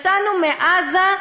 "יצאנו מעזה",